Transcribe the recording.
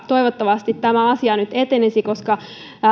toivottavasti tämä asia nyt etenisi koska